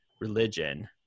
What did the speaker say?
religion